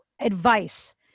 Advice